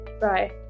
Bye